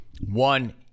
one